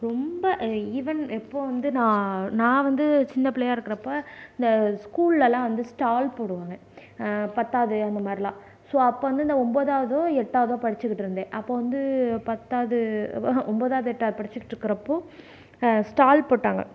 ரொம்ப ஈவன் எப்ப வந்து நான் நான் வந்து சின்ன பிள்ளையா இருக்கிறப்ப இந்த ஸ்கூல்லலாம் வந்து ஸ்டால் போடுவாங்க பத்தாவது அந்த மாதிரிலான் ஸோ அப்ப வந்து இந்த ஒன்பதாவுது எட்டாவதோ படிச்சிகிட்டு இருந்தேன் அப்ப வந்து பத்தாவது ஒன்பதாவது எட்டாவது படிச்சிகிட்டு இருக்கிறப்ப ஸ்டால் போட்டாங்க